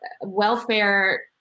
welfare